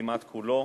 כמעט כולו,